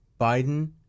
Biden